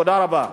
תודה רבה.